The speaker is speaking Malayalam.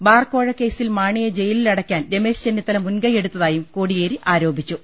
ബാർ കോഴക്കേസിൽ മാണിയെ ജയിലിൽ അടയ്ക്കാൻ രമേശ് ചെന്നിത്തല മുൻകൈ എടുത്തായും കോടിയേരി ആരോപിച്ചു